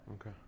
Okay